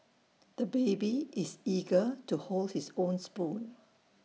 the baby is eager to hold his own spoon